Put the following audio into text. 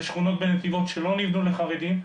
בשכונות בנתיבות שלא נבנו לחרדים,